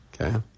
Okay